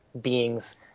beings